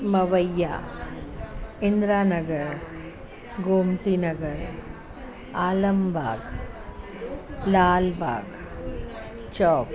Mawaiya Indira Nagar Gomti Nagar Alambagh Lalbagh Chowk